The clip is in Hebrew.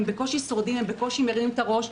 הם בקושי שורדים, הם בקושי מרימים את הראש.